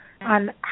on